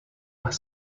are